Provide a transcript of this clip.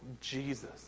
Jesus